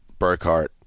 Burkhart